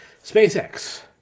SpaceX